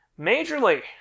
majorly